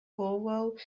borough